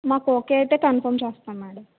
మాకు ఓకే అయితే కన్ఫామ్ చేస్తా మేడం